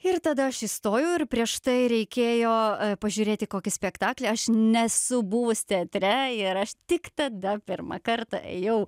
ir tada aš įstojau ir prieš tai reikėjo pažiūrėti kokį spektaklį aš nesu buvus teatre ir aš tik tada pirmą kartą ėjau